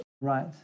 Right